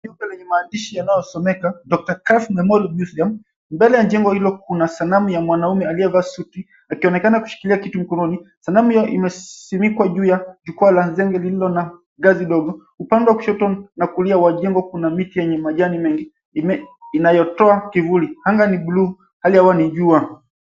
Nyupe lenye maandishi yanayosomeka, Dr. Carf Memorial Museum. Mbele ya jengo hilo kuna sanamu ya mwanaume aliyevaa suti akionekana kushikilia kitu mkononi. Sanamu imesimikwa juu ya jukwaa la nzenge lililo na gazi dogo. Upande wa kushoto na kulia wa jengo kuna miti yenye majani mengi inayotoa kivuli. Anga ni blue, hali ya hewa ni jua.